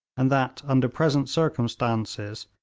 and that under present circumstances,